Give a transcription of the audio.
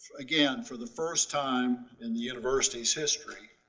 again, for the first time in the university's history